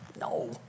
No